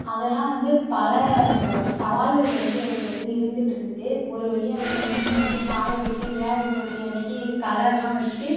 அதெல்லாம் வந்து பல சவால்கள் வந்து எனக்கு வந்து இருந்திட்ருந்துது ஒரு வழியாக அதை செஞ்சு முடிச்சு காய வெச்சு விநாயகர் சதுர்த்தி அன்னிக்கி கலரெலாம் வச்சு